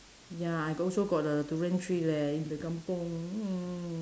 ya I also got a durian tree leh in the kampung hmm